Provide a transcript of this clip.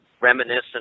reminiscent